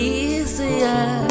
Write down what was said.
easier